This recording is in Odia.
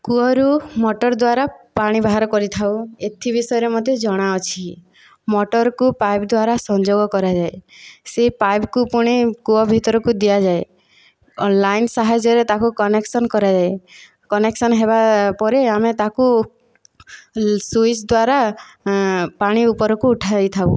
କୂଅରୁ ମଟର ଦ୍ୱାରା ପାଣି ବାହର କରିଥାଉ ଏଥି ବିଷୟରେ ମୋତେ ଜଣା ଅଛି ମଟରକୁ ପାଇପ ଦ୍ଵାରା ସଂଯୋଗ କରାଯାଏ ସେ ପାଇପକୁ ପୁଣି କୂଅ ଭିତରକୁ ଦିଆଯାଏ ଲାଇନ ସାହାଯ୍ୟରେ ତାକୁ କନେକ୍ସନ କରାଯାଏ କନେକ୍ସନ ହେବା ପରେ ଆମେ ତାକୁ ସୁଇଚ ଦ୍ୱାରା ପାଣି ଉପରକୁ ଉଠାଇଥାଉ